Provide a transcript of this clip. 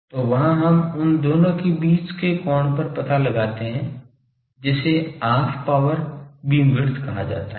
तो वहाँ हम उन दोनों के बीच के कोण पर पता लगाते हैं जिसे हाफ पावर बीमविड्थ कहा जाता है